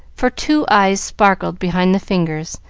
for two eyes sparkled behind the fingers,